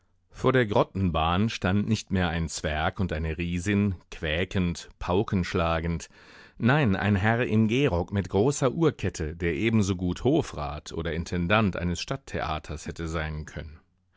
vor der grottenbahn stand nicht mehr ein zwerg und eine riesin quäkend paukenschlagend nein ein herr im gehrock mit großer uhrkette der ebensogut hofrat oder intendant eines stadttheaters hätte sein können